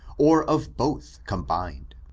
or of both combined.